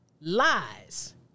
Lies